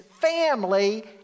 family